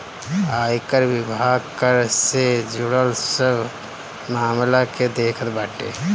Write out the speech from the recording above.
आयकर विभाग कर से जुड़ल सब मामला के देखत बाटे